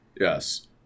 Yes